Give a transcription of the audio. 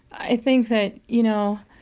i think that, you know,